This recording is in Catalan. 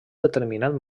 determinat